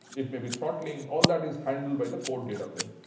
it may be throttling. all that is handled by the code data plane.